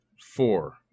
four